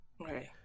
Right